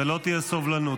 ולא תהיה סובלנות.